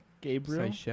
Gabriel